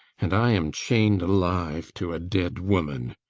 and i am chained alive to a dead woman.